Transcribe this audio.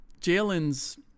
Jalen's